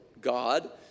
God